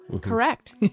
Correct